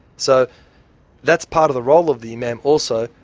so that's part of the role of the imam, also,